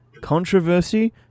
controversy